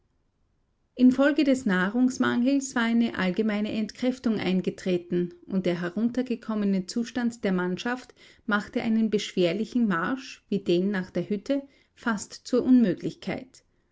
infolge des nahrungsmangels war eine allgemeine entkräftung eingetreten und der heruntergekommene zustand der mannschaft machte einen beschwerlichen marsch wie den nach der hütte fast zur unmöglichkeit